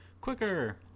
quicker